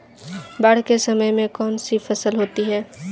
बाढ़ के समय में कौन सी फसल होती है?